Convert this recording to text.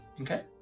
Okay